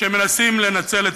שמנסים לנצל את